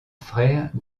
frère